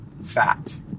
fat